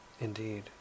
indeed